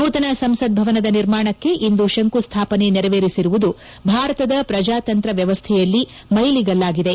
ನೂತನ ಸಂಸತ್ ಭವನದ ನಿರ್ಮಾಣಕ್ಕೆ ಇಂದು ಶಂಕು ಸ್ಟಾಪನೆ ನೇರವೇರಿಸಿರುವುದು ಭಾರತದ ಪ್ರಜಾತಂತ್ರ ವ್ಯವಸ್ವೆಯಲ್ಲಿ ಮೈಲಿಗಲ್ಲು ಆಗಿದೆ